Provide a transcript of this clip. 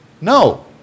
No